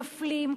מפלים,